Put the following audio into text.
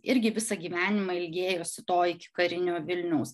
irgi visą gyvenimą ilgėjosi to ikikarinio vilniaus